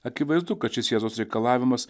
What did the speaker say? akivaizdu kad šis jėzaus reikalavimas